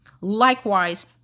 Likewise